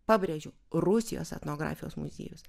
pabrėžiu rusijos etnografijos muziejus